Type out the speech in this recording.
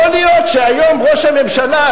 יכול להיות שהיום ראש הממשלה,